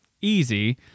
easy